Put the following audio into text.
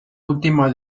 última